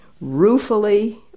Ruefully